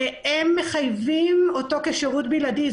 הם מחייבים אותו כשירות בלעדי.